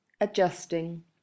adjusting